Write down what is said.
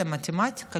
למתמטיקה,